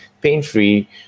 pain-free